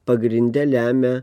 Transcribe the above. pagrinde lemia